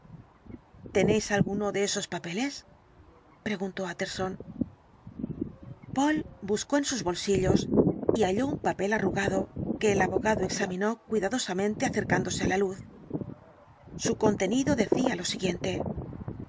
tenéis alguno de esos papeles preguntó tjtterson poole buscó en sus bolsillos y bailó un papel arrugado que el abogado examinó cuidadosamente acercándose á la luz su contenido decía lo siguiente